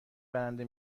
برنده